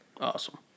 Awesome